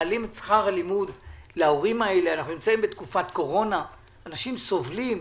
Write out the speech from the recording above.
מעלים את שכר הלימוד להורים האלה ואנחנו בתקופת קורונה בה אנשים סובלים.